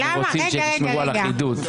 אנחנו רוצים שתשמרו על אחידות.